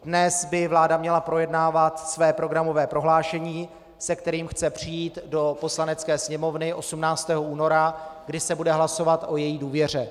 Dnes by vláda měla projednávat své programové prohlášení, se kterým chce přijít do Poslanecké sněmovny 18. února, kdy se bude hlasovat o její důvěře.